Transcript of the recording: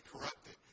corrupted